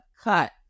cut